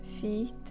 feet